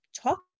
talk